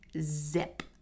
zip